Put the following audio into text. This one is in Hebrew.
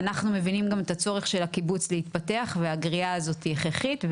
אנחנו מבינים גם את הצורך של הקיבוץ להתפתח והגריעה הזאת היא הכרחית,